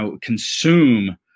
consume –